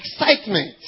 excitement